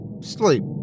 sleep